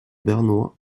bernois